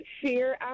fear